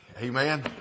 Amen